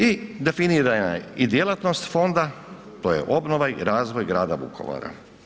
I definirana je i djelatnost fonda, to je obnova i razvoj grada Vukovara.